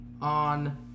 on